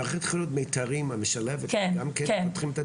מערכת החינוך מיתרים המשלבת גם כן פותחים את הדלת?